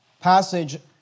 passage